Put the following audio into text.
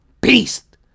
beast